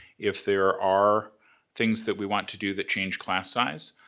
if there are things that we want to do that change class size,